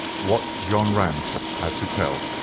what john rance had to tell.